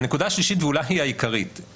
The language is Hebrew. והנקודה השלישית ואולי היא העיקרית,